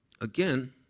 again